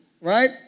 right